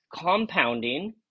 compounding